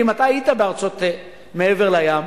אם היית בארצות מעבר לים,